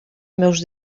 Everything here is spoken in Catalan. meus